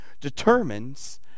determines